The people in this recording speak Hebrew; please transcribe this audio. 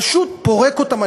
פשוט פורק אותם.